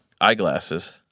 eyeglasses